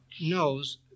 knows